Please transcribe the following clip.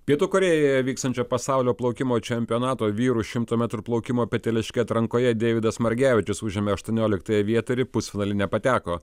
pietų korėjoje vykstančio pasaulio plaukimo čempionato vyrų šimto metrų plaukimo peteliške atrankoje deividas margevičius užėmė aštuonioliktąją vietą ir į pusfinalį nepateko